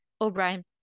O'Brien